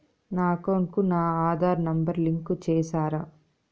నా అకౌంట్ కు నా ఆధార్ నెంబర్ లింకు చేసారా